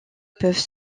peuvent